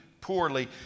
Poorly